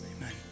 Amen